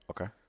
Okay